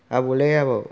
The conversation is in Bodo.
आबौलै आबौ